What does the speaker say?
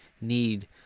need